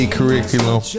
Curriculum